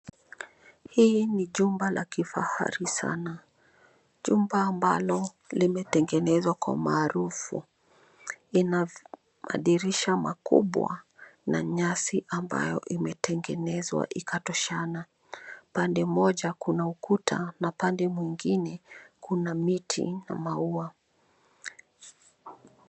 Hii ni jumba la kifahari sana. Jumba ambalo limetengenezwa kwa maarufu. Ina madirisha makubwa na nyasi ambayo imetengenezwa ikatoshana. Pande moja kuna ukuta na pande mwingine kuna miti na maua.